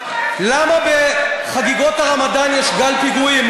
למה בחגיגות הרמדאן יש גל פיגועים?